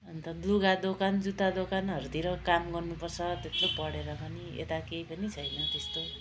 अन्त लुगा दोकान जुत्ता दोकानहरूतिर काम गर्नुपर्छ त्यत्रो पढेर पनि यता केही पनि छैन त्यस्तो